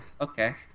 okay